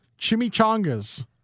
Chimichangas